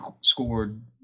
scored